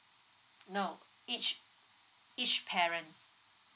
no each each parent